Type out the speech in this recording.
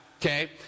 Okay